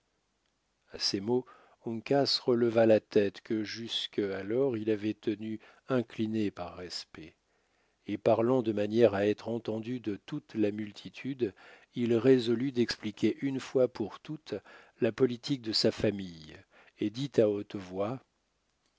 à ces mots uncas releva la tête que jusque alors il avait tenue inclinée par respect et parlant de manière à être entendu de toute la multitude il résolut d'expliquer une fois pour toutes la politique de sa famille et dit à haute voix